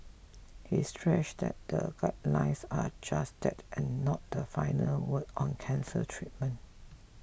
he stressed that the guidelines are just that and not the final word on cancer treatment